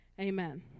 Amen